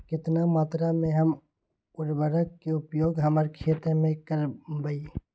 कितना मात्रा में हम उर्वरक के उपयोग हमर खेत में करबई?